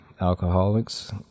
Alcoholics